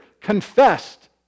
confessed